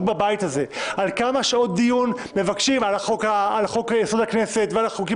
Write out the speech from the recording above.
בבית הזה כמה שעות דיון מבקשים על חוק יסוד: הכנסת ועל חוקים